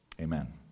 Amen